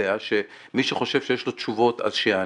ומי שחושב שיש לו תשובות שיענה,